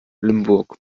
limburg